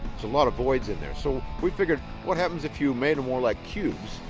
a lot of voids in there. so we figured what happens if you make them more like cubes,